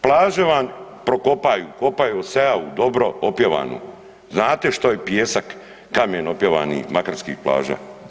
Plaže vam prokopaju, kopaju …/nerazumljivo/… dobro opjevanu, znate što je pijesak kamen opjevani makarskih plaža.